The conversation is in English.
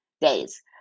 days